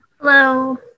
Hello